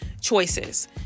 choices